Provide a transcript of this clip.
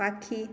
পাখি